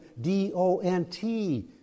D-O-N-T